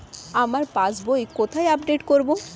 আমার passbook কোথায় update করব?